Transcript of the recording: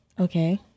Okay